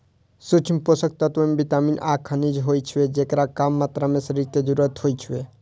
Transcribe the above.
सूक्ष्म पोषक तत्व मे विटामिन आ खनिज होइ छै, जेकर कम मात्रा मे शरीर कें जरूरत होइ छै